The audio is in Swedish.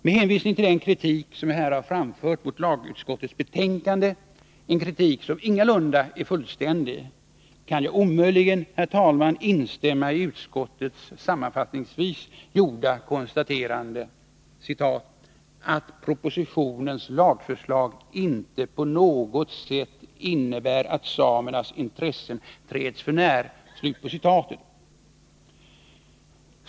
Med hänvisning till den kritik som jag här framfört mot lagutskottets betänkande — en kritik som ingalunda är fullständig — kan jag omöjligen instämma i utskottets sammanfattningsvis gjorda konstaterande att propositionens lagförslag inte på något sätt innebär att samernas intressen träds för när.